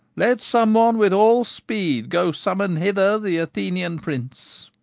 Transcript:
let some one with all speed go summon hither the athenian prince.